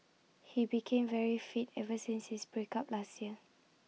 he became very fit ever since his break up last year